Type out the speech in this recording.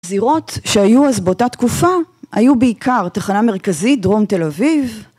זירות שהיו אז באותה תקופה היו בעיקר תחנה מרכזית דרום תל אביב